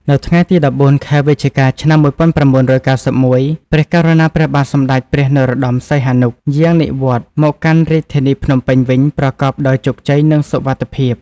នៅថ្ងៃទី១៤ ខែវិច្ឆិកា ឆ្នាំ១៩៩១ ព្រះករុណាព្រះបាទសម្តេចព្រះនរោត្តម សីហនុ យាង និវត្តន៍មកកាន់រាជធានីភ្នំពេញវិញប្រកបដោយជោគជ័យ និងសុវត្ថិភាព។